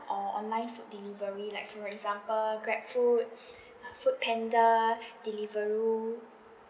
or online delivery like for example grab food foodpanda deliveroo